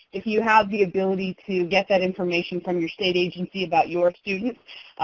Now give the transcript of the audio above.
if you have the ability to get that information from your state agency about your students,